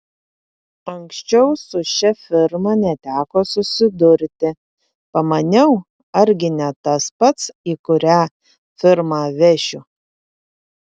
anksčiau su šia firma neteko susidurti pamaniau argi ne tas pats į kurią firmą vešiu